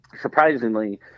Surprisingly